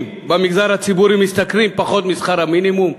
במגזר הציבורי משתכרים פחות משכר המינימום?